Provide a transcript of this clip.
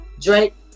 Drake